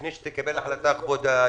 לפני שתקבל החלטה כבוד היושב-ראש,